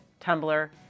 Tumblr